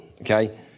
okay